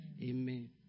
Amen